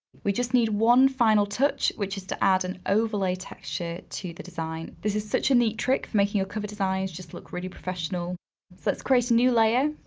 we just need one final touch, which is to add an overlay texture to the design. this is such a neat trick for making your cover designs just look really professional. so let's create a new layer,